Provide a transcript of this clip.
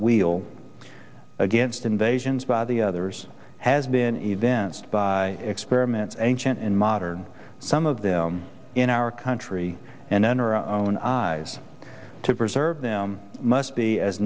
weal against invasions by the others has been events by experiment ancient and modern some of them in our country and then our own eyes to preserve them must be as